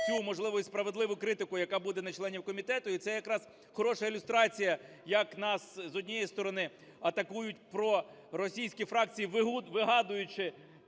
цю, можливо, і справедливу критику, яка буде на членів комітету, і це якраз хороша ілюстрація як нас, з однієї сторони, атакують проросійські фракції, вигадуючи